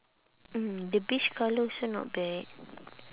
mm the beige colour also not bad